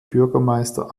bürgermeister